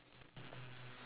ya